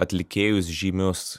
atlikėjus žymius